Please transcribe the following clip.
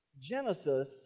Genesis